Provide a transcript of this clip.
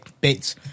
bits